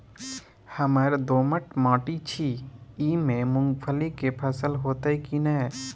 हमर दोमट माटी छी ई में मूंगफली के फसल होतय की नय?